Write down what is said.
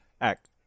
act